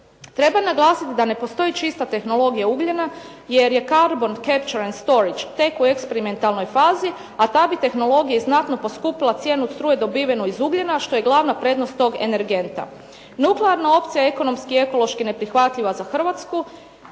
Treba naglasiti da ne postoji čista tehnologija ugljena, jer je carbon capture and storage tek u eksperimentalnoj fazi, a ta bi tehnologija znatno poskupila cijenu struje dobivenu iz ugljena što je glavna prednost tog energenta. Nuklearna opcija ekonomski i ekološki je neprihvatljiva za Hrvatsku,